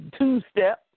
two-step